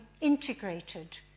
integrated